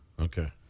Okay